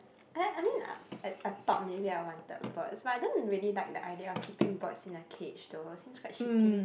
I I mean I I I thought maybe I wanted birds but I don't really like the idea of keeping birds in a cage though seems quite shitty